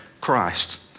Christ